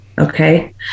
okay